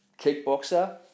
kickboxer